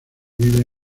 vive